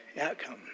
outcome